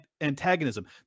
antagonism